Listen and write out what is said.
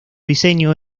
diseño